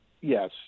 yes